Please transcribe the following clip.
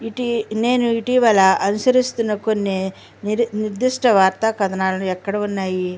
ఇటీ నేను ఇటీవల అనుసరిస్తున్న కొన్ని నిరి నిర్దిష్ట వార్తా కథనాలు ఎక్కడ ఉన్నాయి